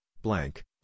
blank